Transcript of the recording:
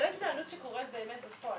התנהלות שקורית באמת בפועל.